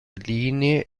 linee